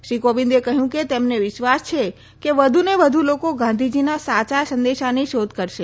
Shri Kovind કહયું કે તેમને વિશ્વાસ છે કે વધુને વધુ લોકો ગાંધીજીના સાચા સંદેશાની શોધ કરશે